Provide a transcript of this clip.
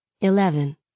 Eleven